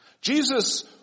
Jesus